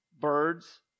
Birds